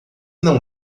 não